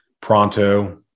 pronto